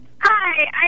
Hi